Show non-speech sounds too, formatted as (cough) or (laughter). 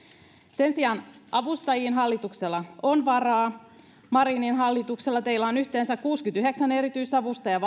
sen sijaan avustajiin hallituksella on varaa marinin hallitus teillä on yhteensä kuusikymmentäyhdeksän erityisavustajaa (unintelligible)